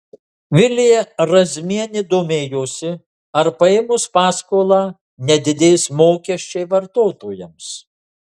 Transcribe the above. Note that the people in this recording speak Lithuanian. vilija razmienė domėjosi ar paėmus paskolą nedidės mokesčiai vartotojams